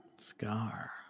scar